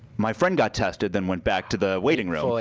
my friend got tested then went back to the waiting room,